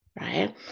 right